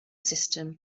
system